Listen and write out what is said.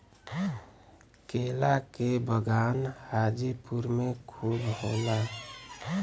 केला के बगान हाजीपुर में खूब होला